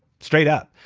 straight up.